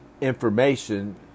information